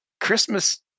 christmas